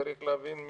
צריך להבין,